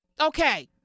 Okay